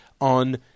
on